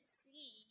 see